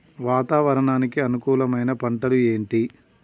వాతావరణానికి అనుకూలమైన పంటలు ఏంటి?